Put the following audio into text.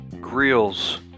grills